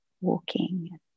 walking